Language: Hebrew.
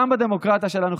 גם בדמוקרטיה שלנו,